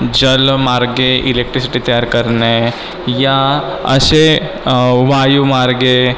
जलमार्गे electricity तयार करणे या असे वायुमार्गे